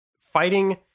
fighting